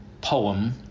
poem